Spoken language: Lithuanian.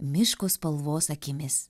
miško spalvos akimis